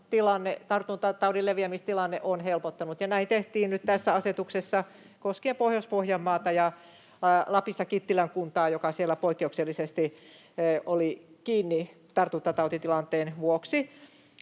tartuntataudin leviämistilanne, on helpottanut, ja näin tehtiin nyt tässä asetuksessa koskien Pohjois-Pohjanmaata ja Lapissa Kittilän kuntaa, joka siellä poikkeuksellisesti oli kiinni tartuntatautitilanteen vuoksi.